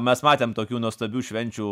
mes matėm tokių nuostabių švenčių